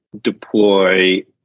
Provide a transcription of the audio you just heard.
deploy